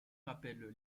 rappellent